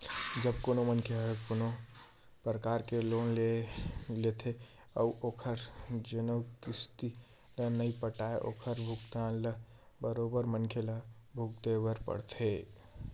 जब कोनो मनखे ह कोनो परकार के लोन ले लेथे अउ ओखर जउन किस्ती ल नइ पटाय ओखर भुगतना ल बरोबर मनखे ल भुगते बर परथे